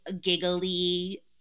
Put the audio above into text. giggly